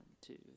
two